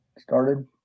started